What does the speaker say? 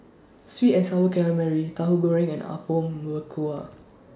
Sweet and Sour Calamari Tahu Goreng and Apom Berkuah